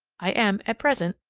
i am at present,